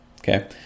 Okay